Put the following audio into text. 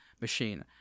machine